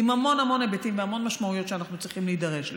עם המון המון היבטים והמון משמעויות שאנחנו צריכים להידרש להם.